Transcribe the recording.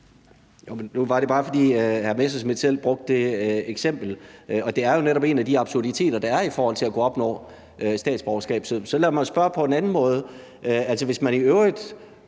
Nu var det bare, fordi hr. Morten Messerschmidt selv brugte det eksempel, og det er jo netop en af de absurditeter, der er, i forhold til at kunne opnå statsborgerskab. Så lad mig spørge på en anden måde.